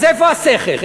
אז איפה השכל,